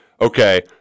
okay